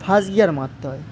first gear মারতে হয়